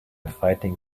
fighting